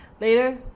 Later